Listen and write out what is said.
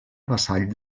vassall